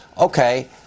Okay